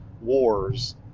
wars